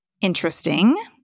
interesting